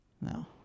No